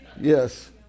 yes